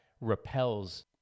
repels